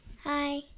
Hi